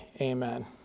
Amen